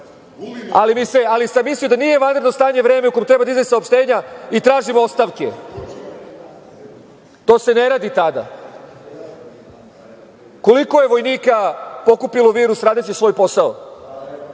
ali sam mislio da nije vanredno stanje vreme u kome treba da iznesem saopštenja i tražim ostavke. To se ne radi tada. Koliko je vojnika pokupilo virus radeći svoj posao.